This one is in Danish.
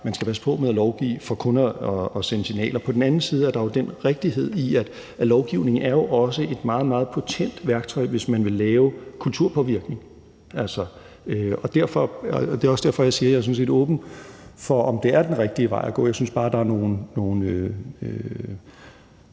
man skal passe på med at lovgive kun for at sende signaler. På den anden side er der jo også den rigtighed i, at lovgivningen er et meget, meget potent værktøj, hvis man vil lave kulturpåvirkning, og det er også derfor, jeg siger, at jeg sådan set er åben for at se på, om det er den rigtige vej at gå. Men jeg synes bare, der er nogle